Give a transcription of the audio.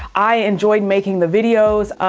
i enjoyed making the videos.